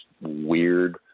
weird